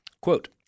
quote